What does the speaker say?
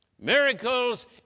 Miracles